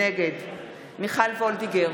נגד מיכל וולדיגר,